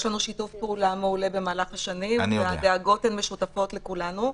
יש לנו שיתוף פעולה מעולה במהלך השנים והדאגות הן משותפות לכולנו.